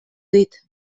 dit